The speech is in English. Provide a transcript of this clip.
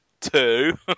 Two